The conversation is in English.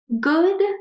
good